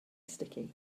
sticky